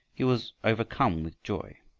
he was overcome with joy.